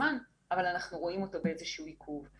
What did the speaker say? הזמן אבל אנחנו רואים אותו באיזשהו עיכוב.